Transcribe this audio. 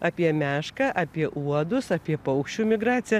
apie mešką apie uodus apie paukščių migraciją